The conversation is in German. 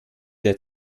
der